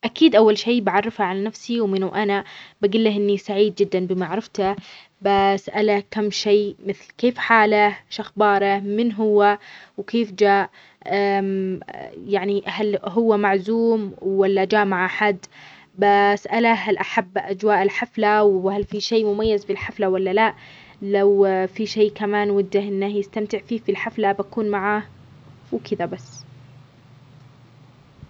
أكيد، أول شيء بعرفه عن نفسي، ومن وأنا بقله إني سعيد جدا بمعرفته، بسأله كم شيء مثل كيف حاله؟ شو أخباره؟ من هو؟ وكيف جاء؟ يعني؟ هل هو معزوم ولا جاء مع أحد؟ بسأله؟ هل أحب أجواء الحفلة؟ وهل فيه شيء مميز في الحفلة؟ ولا لأ؟ لو فيه شيء كمان، وده إنه يستمتع فيه في الحفلة بكون معاه وكده بس.